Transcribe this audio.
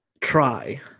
Try